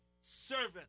servant